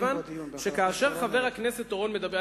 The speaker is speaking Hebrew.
מכיוון שכאשר חבר הכנסת אורון מדבר,